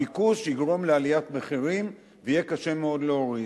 הביקוש יגרום לעליית מחירים ויהיה קשה מאוד להוריד.